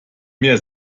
mehr